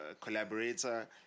collaborator